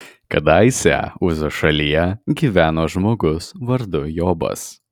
kadaise uzo šalyje gyveno žmogus vardu jobas